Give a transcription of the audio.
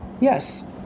yes